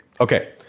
Okay